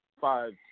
five